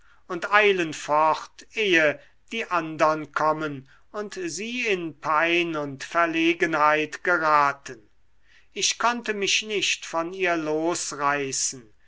und eilen fort ehe die andern kommen und sie in pein und verlegenheit geraten ich konnte mich nicht von ihr losreißen